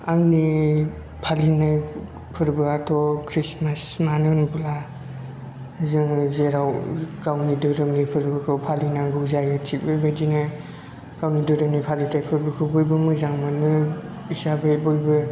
आंनि फालिनाय फोर्बोआथ' खृष्टमास मानो होनोब्ला जों जेराव गावनि धोरोमनि फोर्बोखौ फालिनांगौ जायो थिक बेबायदिनो गावनि धोरोमनि फालिथाय फोर्बोखौ बयबो मोजां मोनो हिसाबै बयबो